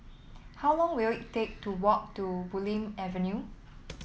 how long will it take to walk to Bulim Avenue